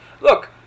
Look